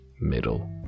middle